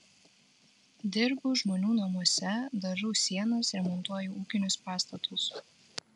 dirbu žmonių namuose dažau sienas remontuoju ūkinius pastatus